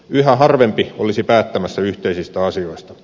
yhä harvempi olisi päättämässä yhteisistä asioista